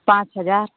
पाँच हजार